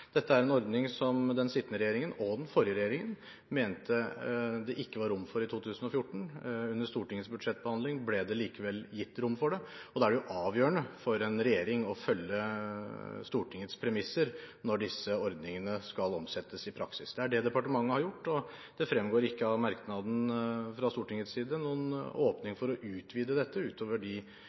dette er en ordning som den sittende regjeringen og den forrige regjeringen mente det ikke var rom for i 2014. Under Stortingets budsjettbehandling ble det likevel gitt rom for det. Da er det jo avgjørende for en regjering å følge Stortingets premisser når disse ordningene skal omsettes i praksis. Det er det departementet har gjort, og det fremgår ikke av merknaden fra Stortingets side noen åpning for å utvide dette, utover de